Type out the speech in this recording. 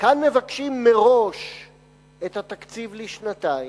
כאן מבקשים מראש את התקציב לשנתיים,